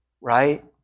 right